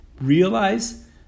realize